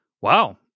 Wow